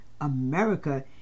America